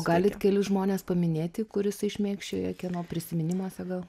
galit kelis žmones paminėti kur jisai šmėkščioja kieno prisiminimuose gal